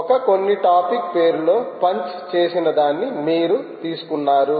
ఒక కొన్ని టాపిక్ పేరులో పంచ్ చేసినదాన్ని మీరు తీసుకున్నారు